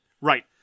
Right